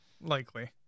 likely